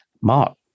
Mark